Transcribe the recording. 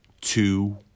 two